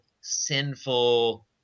sinful